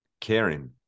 caring